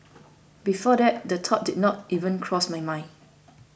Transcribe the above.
before that the thought did not even cross my mind